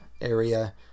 area